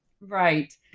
Right